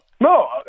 No